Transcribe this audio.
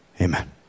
Amen